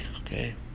okay